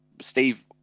Steve